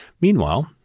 meanwhile